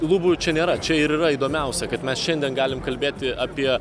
lubų čia nėra čia ir yra įdomiausia kad mes šiandien galim kalbėti apie